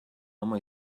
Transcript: ama